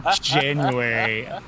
January